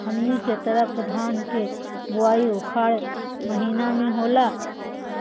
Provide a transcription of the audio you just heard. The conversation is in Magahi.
हमनी के तरफ धान के बुवाई उखाड़ महीना में होला